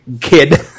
kid